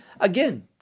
again